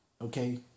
Okay